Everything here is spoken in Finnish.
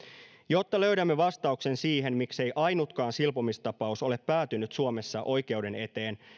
jotta löydämme vastauksen siihen miksei ainutkaan silpomistapaus ole päätynyt suomessa oikeuden eteen